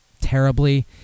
terribly